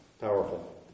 powerful